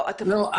לא,